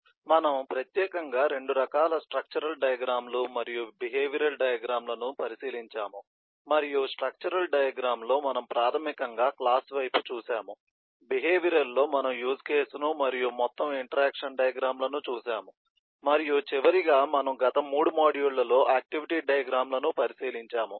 మరియు మనము ప్రత్యేకంగా 2 రకాల స్ట్రక్చరల్ డయాగ్రమ్ లు మరియు బిహేవియరల్ డయాగ్రమ్ లను పరిశీలించాము మరియు స్ట్రక్చరల్ డయాగ్రమ్ లో మనము ప్రాథమికంగా క్లాస్ వైపు చూశాము బిహేవియరల్ లో మనము యూజ్ కేసును మరియు మొత్తం ఇంటరాక్షన్ డయాగ్రమ్ లను చూశాము మరియు చివరిగా మనము గత 3 మాడ్యూళ్ళలో ఆక్టివిటీ డయాగ్రమ్ లను పరిశీలించాము